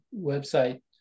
website